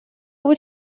بود